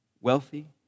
wealthy